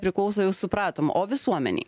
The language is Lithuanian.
priklauso jau supratom o visuomenei